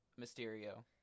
Mysterio